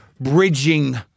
bridging